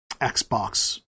Xbox